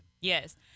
Yes